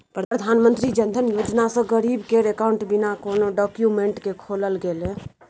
प्रधानमंत्री जनधन योजना सँ गरीब केर अकाउंट बिना कोनो डाक्यूमेंट केँ खोलल गेलै